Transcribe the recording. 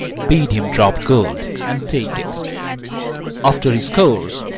bid him drop gold, and take it after he scores,